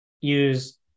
use